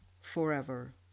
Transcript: forever